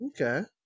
okay